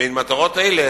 בין מטרות אלה